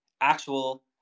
actual